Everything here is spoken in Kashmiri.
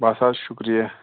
بَس حظ شُکریہ